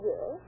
Yes